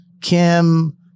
Kim